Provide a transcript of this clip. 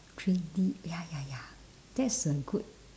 three D ya ya ya that's a good